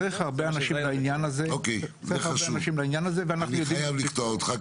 צריך הרבה אנשים לעניין הזה --- אני חייב לקטוע אותך,